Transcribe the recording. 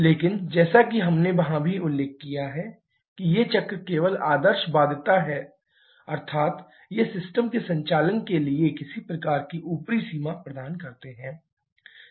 लेकिन जैसा कि हमने वहां भी उल्लेख किया है कि ये चक्र केवल आदर्शवादिता हैं अर्थात् ये सिस्टम के संचालन के लिए किसी प्रकार की ऊपरी सीमा प्रदान करते हैं